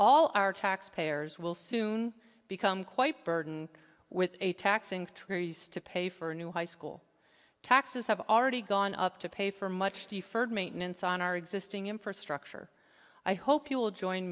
all our tax payers will soon become quite burdened with a tax increase to pay for new high school taxes have already gone up to pay for much deferred maintenance on our existing infrastructure i hope you'll join